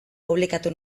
publikatu